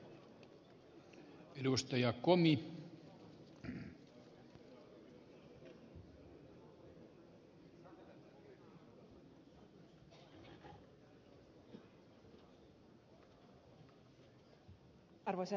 arvoisa herra puhemies